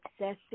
accessing